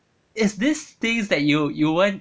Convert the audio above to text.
it's this things that you you won't